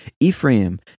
Ephraim